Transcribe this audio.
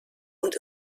und